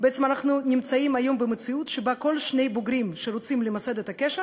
בעצם אנחנו נמצאים היום במציאות שבה כל שני בוגרים שרוצים למסד את הקשר